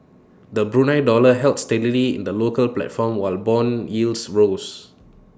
the Brunei dollar held steadily in the local platform while Bond yields rose